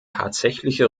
tatsächliche